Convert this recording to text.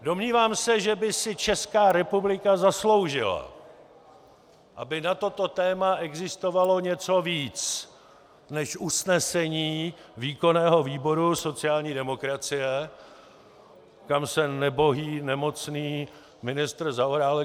Domnívám se, že by si Česká republika zasloužila, aby na toto téma existovalo něco víc než usnesení výkonného výboru sociální demokracie, kam se nebohý nemocný ministr Zaorálek dobelhal.